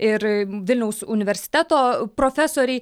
ir vilniaus universiteto profesoriai